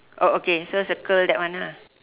oh okay so circle that one lah